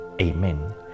Amen